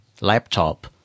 laptop